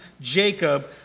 Jacob